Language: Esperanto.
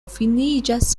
finiĝas